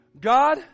God